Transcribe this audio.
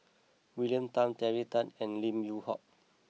William Tan Terry Tan and Lim Yew Hock